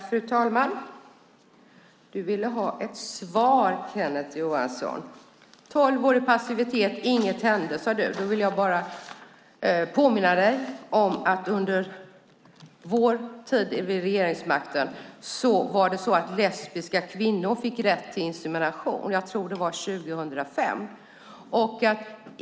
Fru talman! Du ville ha ett svar, Kenneth Johansson. Tolv år i passivitet och inget hände, sade du. Då vill jag bara påminna dig om att lesbiska kvinnor fick rätt till insemination under vår tid vid regeringsmakten - jag tror att det var 2005.